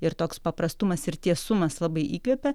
ir toks paprastumas ir tiesumas labai įkvepia